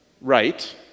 right